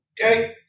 Okay